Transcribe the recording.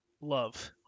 love